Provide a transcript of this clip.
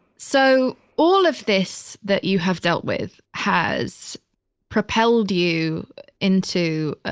so all of this that you have dealt with has propelled you into,